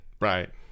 Right